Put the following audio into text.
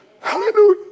Hallelujah